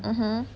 mmhmm